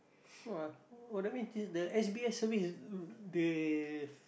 !wah! !wah! that mean this the s_b_s service is they